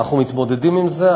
ואנחנו מתמודדים עם זה.